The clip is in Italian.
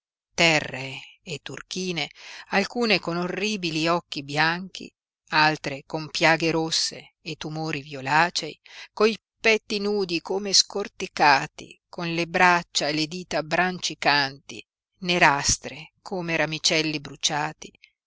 terree e turchine alcune con orribili occhi bianchi altre con piaghe rosse e tumori violacei coi petti nudi come scorticati con le braccia e le dita brancicanti nerastre come ramicelli bruciati